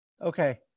Okay